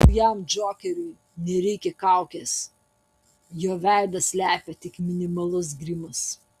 naujam džokeriui nereikia kaukės jo veidą slepia tik minimalus grimas